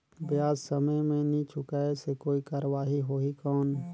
ब्याज समय मे नी चुकाय से कोई कार्रवाही होही कौन?